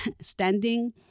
standing